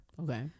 Okay